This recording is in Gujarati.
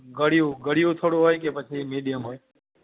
ગળ્યું ગળ્યું થોડું હોય કે પછી મીડિયમ હોય